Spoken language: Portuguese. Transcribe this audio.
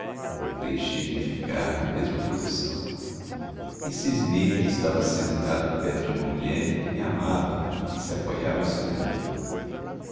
deixei-me ficar na mesma posição e cismei que estava sentado perto de uma mulher que me amava e que se apoiava sobre mim